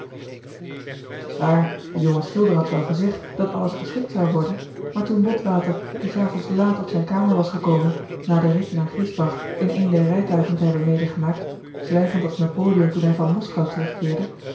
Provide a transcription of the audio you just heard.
t is waar die jonge schilder had wel gezegd dat alles geschikt zou worden maar toen botwater des avonds laat op zijn kamer was gekomen na den rid naar griesbach in een der rijtuigen te hebben medegemaakt zwijgend als napoleon toen hij van moskou terugkeerde